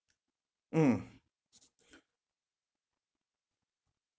mm